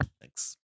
Thanks